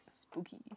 Spooky